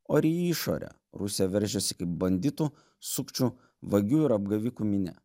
o ir į išorę rusija veržiasi kaip banditų sukčių vagių ir apgavikų minia